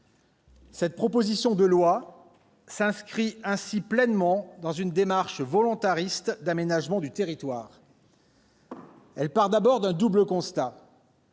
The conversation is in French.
Cette proposition de loi s'inscrit ainsi pleinement dans une démarche volontariste d'aménagement du territoire. Elle part d'abord d'un double constat